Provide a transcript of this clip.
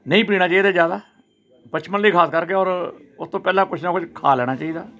ਨਹੀਂ ਪੀਣਾ ਚਾਹੀਦਾ ਜ਼ਿਆਦਾ ਬਚਪਨ ਲਈ ਖ਼ਾਸ ਕਰਕੇ ਔਰ ਉਸਤੋਂ ਪਹਿਲਾਂ ਕੁਛ ਨਾ ਕੁਛ ਖਾ ਲੈਣਾ ਚਾਹੀਦਾ